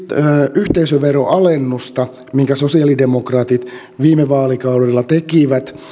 yhteisöveron alennusta minkä sosialidemokraatit viime vaalikaudella tekivät